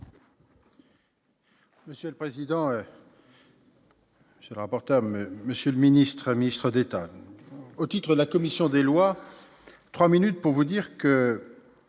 Monsieur le président. Rapporteur monsieur le ministre, ministre d'État, au titre de la commission des lois, 3 minutes pour vous dire que,